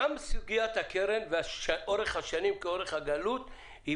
סוגיית הקרן ואורך השנים כאורך הגלות היא